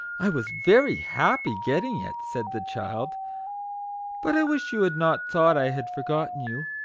i was very happy getting it said the child but i wish you had not thought i had forgotten you.